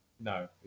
No